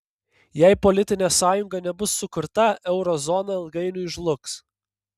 jei politinė sąjunga nebus sukurta euro zona ilgainiui žlugs